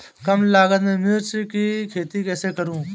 कम लागत में मिर्च की खेती कैसे करूँ?